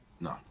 No